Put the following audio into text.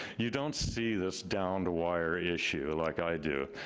you don't see this downed wire issue like i do.